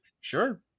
sure